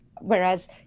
Whereas